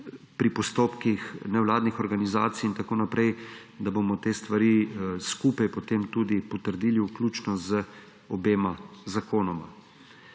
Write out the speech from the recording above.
pri postopkih nevladnih organizacij in tako naprej, da bomo te stvari skupaj potem tudi potrdili, vključno z obema zakonoma.